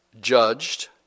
judged